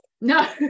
no